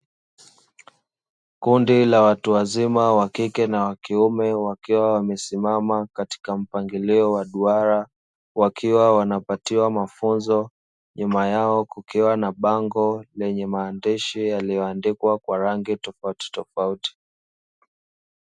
Kundi la watu wazima, wa kike na wa kiume wakiwa wamesimama katika mpangilio wa duara, wakiwa wanapatiwa mafunzo. Nyuma yao kukiwa na bango lenye maandishi yaliyoandikwa kwa rangi tofautitofauti.